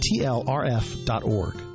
tlrf.org